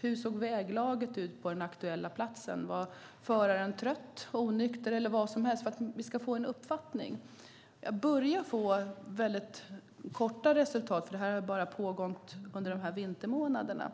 Hur såg väglaget ut på den aktuella platsen? Var föraren trött eller onykter och så vidare? Detta gör vi för att vi ska få en uppfattning. Vi har börjat få några korta resultat, för detta har bara pågått under vintermånaderna.